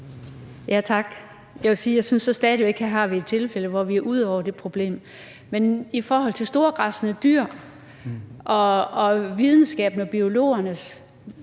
jeg stadig væk synes, at vi her har et tilfælde, hvor vi er ude over det problem. Men i forhold til store græssende dyr og med videnskaben, biologernes